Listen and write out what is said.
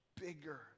bigger